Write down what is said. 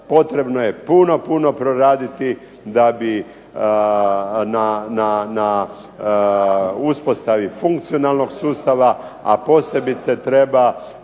Potrebno je puno, puno poraditi da bi uspostavi funkcionalnog sustava, a posebice treba